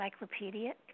encyclopedic